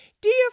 Dear